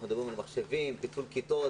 אנחנו מדברים על מחשבים, על פיצול כיתות